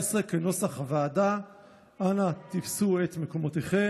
הוועדה סבורה כי ראוי להותיר על כנם